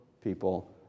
people